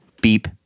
beep